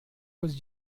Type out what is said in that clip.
was